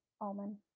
almond